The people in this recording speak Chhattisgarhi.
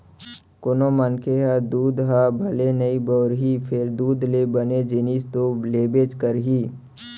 कोनों मनखे ह दूद ह भले नइ बउरही फेर दूद ले बने जिनिस तो लेबेच करही